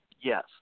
Yes